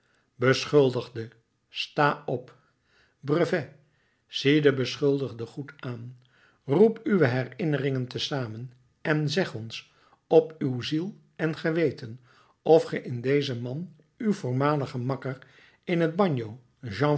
beschuldigde sta op brevet zie den beschuldigde goed aan roep uwe herinneringen te zamen en zeg ons op uw ziel en geweten of ge in dezen man uw voormaligen makker in t bagno